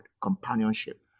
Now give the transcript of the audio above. companionship